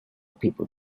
people